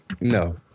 No